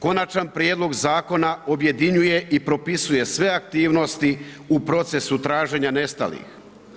Konačan prijedlog zakona objedinjuje i propisuje sve aktivnosti u procesu traženja nestalih.